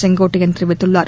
செங்கோட்டையன் தெரிவித்துள்ளார்